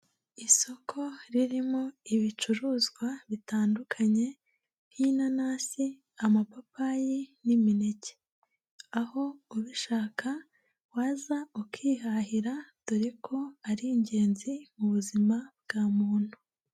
Isoko ririmo ibicuruzwa bitandukanye nk'inanasi, amapapayi n'imineke. Aho ubishaka, waza ukihahira dore ko ari ingenzi mu buzima bwa muntu.